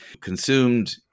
consumed